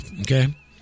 Okay